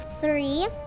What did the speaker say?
Three